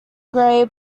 grey